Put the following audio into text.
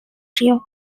trio